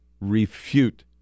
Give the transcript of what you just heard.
refute